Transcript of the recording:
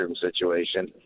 situation